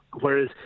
whereas